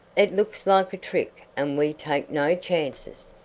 it looks like a trick and we takes no chances.